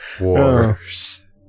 wars